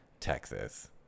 texas